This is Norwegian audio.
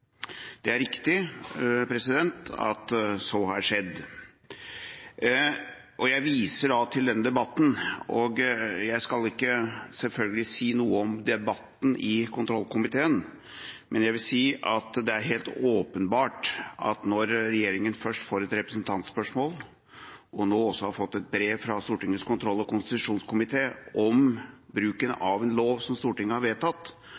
Det er riktig at så har skjedd. Jeg viser da til denne debatten og skal selvfølgelig ikke si noe om debatten i kontrollkomiteen, men det er helt åpenbart at når regjeringa først får et representantspørsmål, og nå også har fått et brev fra Stortingets kontroll- og konstitusjonskomité om bruken av en lov som Stortinget har vedtatt,